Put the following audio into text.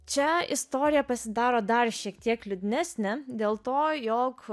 čia istorija pasidaro dar šiek tiek liūdnesnė dėl to jog